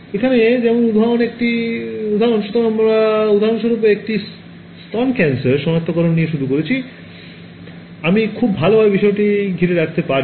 এখানে যেমন উদাহরণ একটি উদাহরণ সুতরাং আমরা উদাহরণস্বরূপ 1 টি স্তন ক্যান্সার সনাক্তকরণ দিয়ে শুরু করেছি আমি খুব ভালভাবে বিষয়টিকে ঘিরে রাখতে পারি